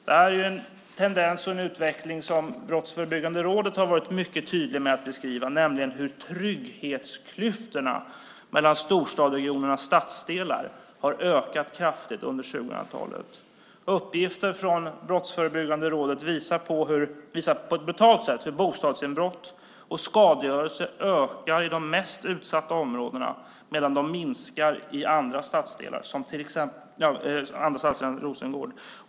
Detta är en tendens och en utveckling som Brottsförebyggande rådet har varit mycket tydligt med att beskriva, nämligen hur trygghetsklyftorna mellan storstadsregionernas stadsdelar har ökat kraftigt under 2000-talet. Uppgifter från Brottsförebyggande rådet visar på ett brutalt sätt hur bostadsinbrott och skadegörelse ökar i de mest utsatta områdena medan de minskar i andra stadsdelar än Rosengård.